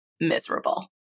miserable